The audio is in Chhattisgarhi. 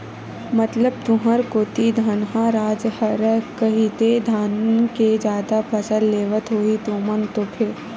मतलब तुंहर कोती धनहा राज हरय कहिदे धाने के जादा फसल लेवत होहू तुमन तो फेर?